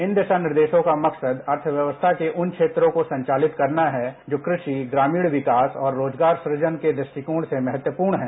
इन दिशा निर्देशों का मकसद अर्थव्यवस्था के उन क्षेत्रों को संचालित करना है जो कुंपि ग्रामीण विकास और रोजगार सुजन के दृष्टिकोण से महत्वपूर्ण है